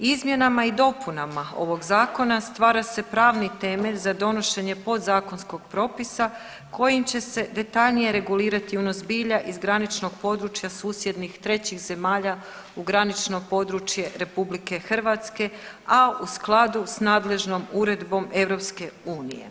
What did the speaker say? Izmjenama i dopunama ovog zakona stvara se pravni temelj za donošenje podzakonskog propisa kojim će se detaljnije regulirati unos bilja iz graničnog područja susjednih trećih zemalja u granično područje RH, a u skladu s nadležnom uredbom EU.